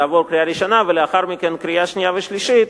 תעבור קריאה ראשונה ולאחר מכן קריאה שנייה ושלישית,